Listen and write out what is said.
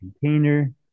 container